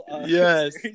yes